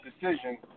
decision